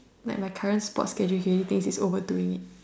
like my current sports schedule he already thinks it's overdoing it